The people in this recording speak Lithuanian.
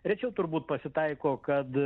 rečiau turbūt pasitaiko kad